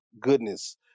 goodness